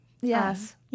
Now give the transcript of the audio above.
Yes